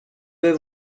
vais